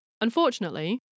Unfortunately